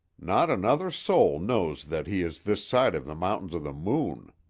not another soul knows that he is this side of the mountains of the moon.